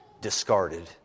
discarded